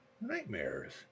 nightmares